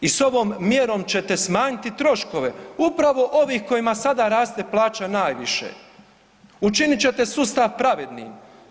I s ovom mjerom ćete smanjiti troškove upravo ovih kojima sada raste plaća najviše, učinit ćete sustav pravednim.